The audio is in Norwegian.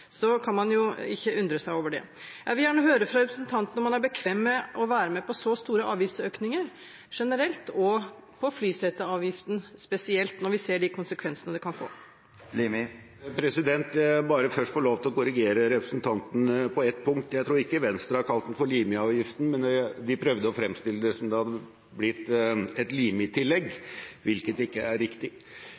så store avgiftsøkninger generelt og på flyseteavgiften spesielt, når vi ser de konsekvensene det kan få. Jeg vil først få lov til å korrigere representanten på ett punkt. Jeg tror ikke Venstre har kalt den for Limi-avgiften, men de prøvde å fremstille det som om det hadde blitt et Limi-tillegg, hvilket ikke er riktig.